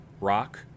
rock